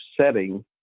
setting